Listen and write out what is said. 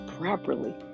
properly